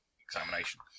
examination